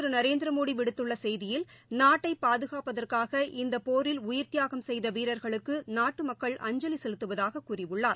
திருநரேந்திரமோடிவிடுத்துள்ளசெய்தியில் நாட்டைபாதுகாப்பதற்காக இந்தபோரில் உயிர் பிரதமர் தியாகம் செய்தவீரர்களுக்கு நாட்டுமக்கள் அஞ்சலிசெலுத்துவதாககூறியுள்ளார்